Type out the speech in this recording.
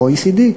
ה-OECD,